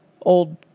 old